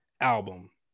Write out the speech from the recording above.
album